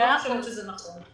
אני לא חושבת שזה נכון.